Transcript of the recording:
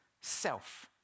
self